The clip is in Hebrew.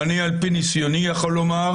ואני על פי ניסיוני יכול לומר